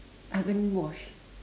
I haven't wash